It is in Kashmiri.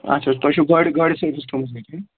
اچھا حظ تۄہہِ چھُو گاڑِ گاڑِ سٔروِس تھٔومٕژ